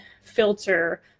filter